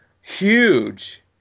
huge